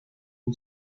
who